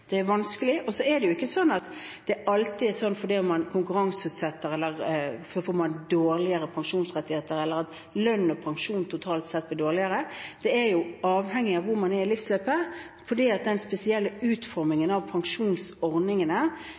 det er vanskelig. Og så er det ikke alltid slik at fordi man konkurranseutsetter, får man dårligere pensjonsrettigheter, eller at lønn og pensjon totalt sett blir dårligere. Det er avhengig av hvor man er i livsløpet, fordi den spesielle utformingen av pensjonsordningene